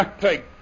Take